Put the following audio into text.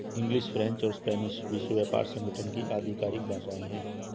English, French और Spanish विश्व व्यापार संगठन की आधिकारिक भाषाएं है